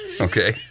Okay